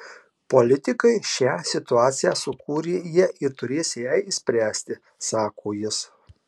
politikai šią situaciją sukūrė jie ir turės ją išspręsti sako jis